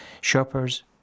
shoppers